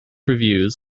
reviews